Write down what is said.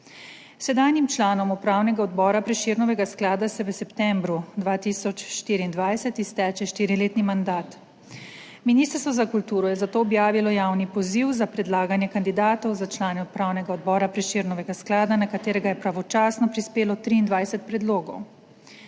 Sedanjim članom Upravnega odbora Prešernovega sklada se v septembru 2024 izteče štiriletni mandat. Ministrstvo za kulturo je zato objavilo javni poziv za predlaganje kandidatov za člane Upravnega odbora Prešernovega sklada, na katerega je pravočasno prispelo 23 predlogov.